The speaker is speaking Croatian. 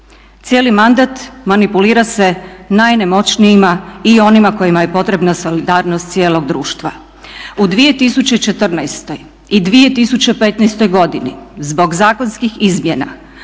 Cijeli mandat manipulira se najnemoćnijima i onima kojima je potrebna solidarnost cijelog društva. U 2014. i 2015. godini zbog zakonskih izmjena